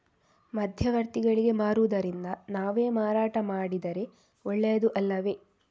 ಮಧ್ಯವರ್ತಿಗಳಿಗೆ ಮಾರುವುದಿಂದ ನಾವೇ ಮಾರಾಟ ಮಾಡಿದರೆ ಒಳ್ಳೆಯದು ಅಲ್ಲವೇ?